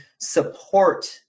support